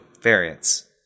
variance